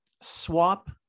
swap